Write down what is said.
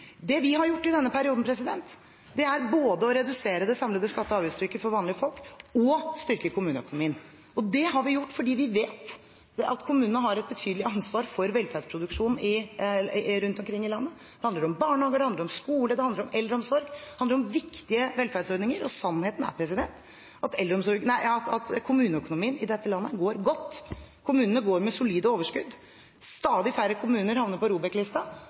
Det vi har gjort i denne perioden, er både å redusere det samlede skatte- og avgiftstrykket for vanlige folk og å styrke kommuneøkonomien. Det har vi gjort fordi vi vet at kommunene har et betydelig ansvar for velferdsproduksjonen rundt omkring i landet. Det handler om barnehage, det handler om skole, det handler om eldreomsorg – det handler om viktige velferdsordninger. Og sannheten er at kommuneøkonomien i dette landet går godt. Kommunene går med solide overskudd. Stadig færre kommuner havner på